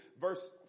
verse